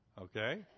okay